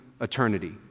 eternity